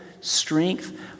strength